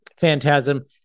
Phantasm